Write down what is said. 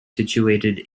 situated